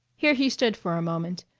here he stood for a moment,